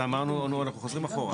נו, אנחנו חוזרים אחורה.